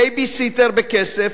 בייביסיטר בכסף,